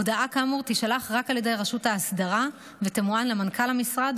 הודעה כאמור תישלח רק על ידי רשות האסדרה ותמוען למנכ"ל המשרד,